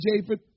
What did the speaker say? Japheth